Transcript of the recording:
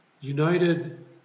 united